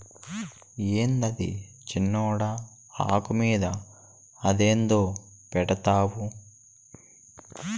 యాందది సిన్నోడా, ఆకు మీద అదేందో పెడ్తండావు